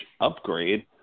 upgrade